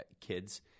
kids